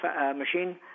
machine